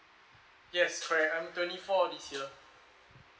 yes correct I'm twenty four this year